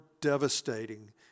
devastating